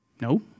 No